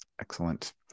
Excellent